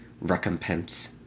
recompense